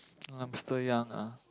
ah I'm still young ah